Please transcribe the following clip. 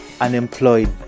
unemployed